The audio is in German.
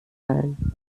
sein